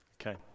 Okay